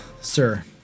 sir